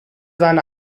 seine